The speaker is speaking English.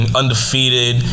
undefeated